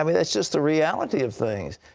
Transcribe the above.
i mean thats just the reality of things.